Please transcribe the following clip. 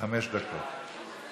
לחמש דקות.